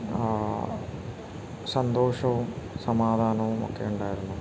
സന്തോഷവും സമാധാനവും ഒക്കെ ഉണ്ടായിരുന്നു